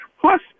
Plus